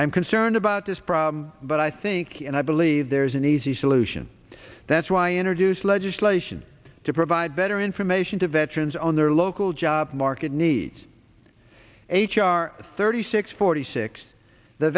i'm concerned about this problem but i think and i believe there's an easy solution that's why introduced legislation to provide better information to veterans on their local job market needs h r thirty six forty six the